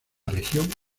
región